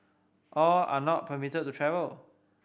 all are not permitted to travel